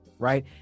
Right